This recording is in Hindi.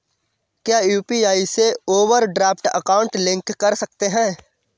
क्या यू.पी.आई से ओवरड्राफ्ट अकाउंट लिंक कर सकते हैं?